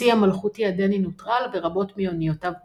הצי המלכותי הדני נוטרל ורבות מאניותיו טובעו.